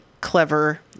clever